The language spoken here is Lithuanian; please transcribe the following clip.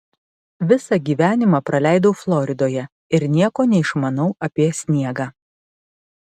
visą gyvenimą praleidau floridoje ir nieko neišmanau apie sniegą